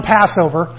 Passover